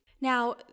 Now